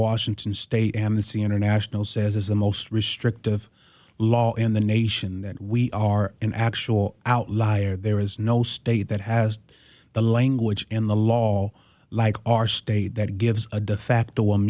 washington state amnesty international says is the most restrictive law in the nation that we are an actual outlier there is no state that has the language in the law like our state that gives a de fact